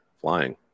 flying